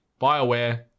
bioware